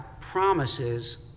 promises